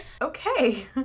Okay